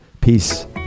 Peace